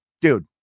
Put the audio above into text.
dude